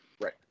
Right